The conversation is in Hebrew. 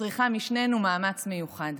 מצריכה משנינו מאמץ מיוחד.